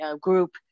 group